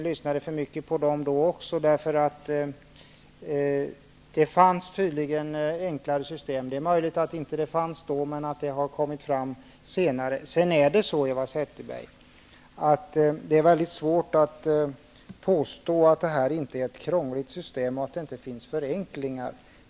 I varje fall har det kommit fram senare att det förhåller sig så. Det är väldigt svårt att påstå, Eva Zetterberg, att det system som beslutats inte är krångligt och att det inte finns möjligheter att göra förenklingar.